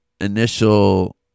initial